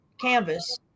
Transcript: canvas